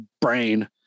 brain